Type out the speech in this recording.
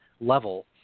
level